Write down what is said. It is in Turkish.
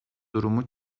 durumu